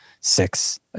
six